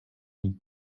m’y